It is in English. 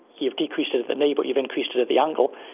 you've decreased it at the knee but you've increased it at the ankle,